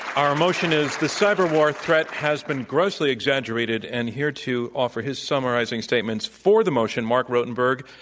our motion is the cyber war threat has been grossly exaggerated. and here to offer his summarizing statements for the motion marc rotenberg,